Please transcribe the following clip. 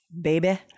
baby